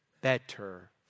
better